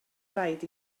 rhaid